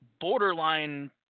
borderline